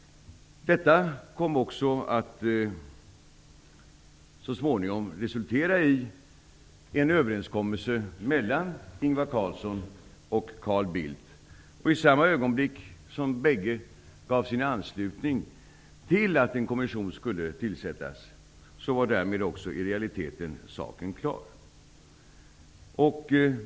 Detta kom också så småningom att resultera i en överenskommelse mellan Ingvar Carlsson och Carl Bildt. I samma ögonblick som bägge gav sin anslutning till att en kommission skulle tillsättas var saken därmed i realiteten också klar.